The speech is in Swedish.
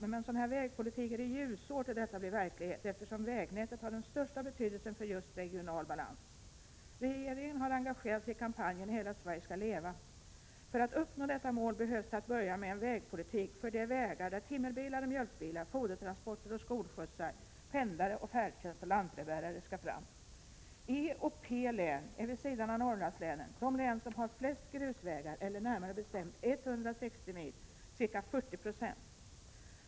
Men med en sådan här vägpolitik är det ljusår tills den blir verklighet, eftersom vägnätet är av största betydelse för just den regionala balansen. Regeringen har engagerat sig i kampanjen ”Hela Sverige skall leva!”. För att uppnå målet behövs det först och främst en vägpolitik när det gäller de vägar på vilka timmerbilar, mjölkbilar, fodertransporter, skolskjutsar, pendlare, färdtjänst och lantbrevbärare skall fram! E och P-län är vid sidan av Norrlandslänen de län som har de flesta grusvägarna — närmare bestämt 160 mil, dvs. ca 40 96 av vägbeståndet.